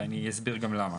ואני אסביר גם למה.